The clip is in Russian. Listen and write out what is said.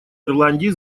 ирландии